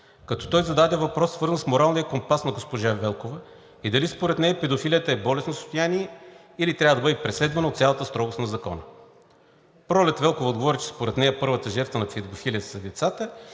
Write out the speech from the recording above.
като той зададе въпрос, свързан с моралния компас на госпожа Велкова и дали според нея педофилията е болестно състояние, или трябва да бъде преследвана от цялата строгост на закона. Пролет Велкова отговори, че според нея първата жертва на педофилията са децата